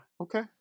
Okay